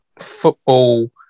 football